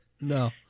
No